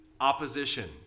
opposition